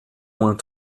moins